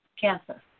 Cancer